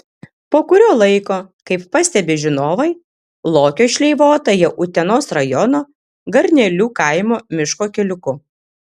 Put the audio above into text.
po kurio laiko kaip pastebi žinovai lokio šleivota jau utenos rajono garnelių kaimo miško keliuku